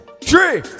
three